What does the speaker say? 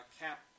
Cap